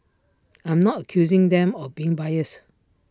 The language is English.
I'm not accusing them of being biased